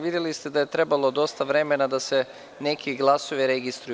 Videli ste da je trebalo dosta vremena da se neki glasovi registruju.